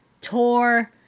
tour